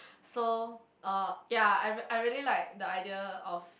so uh ya I I really like the idea of